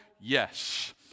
Yes